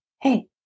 hey